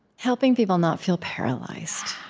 helping people not feel paralyzed.